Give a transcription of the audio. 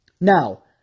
Now